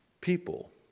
people